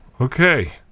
okay